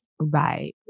right